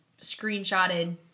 screenshotted